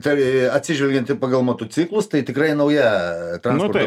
tai atsižvelgiant ir pagal motociklus tai tikrai nauja transporto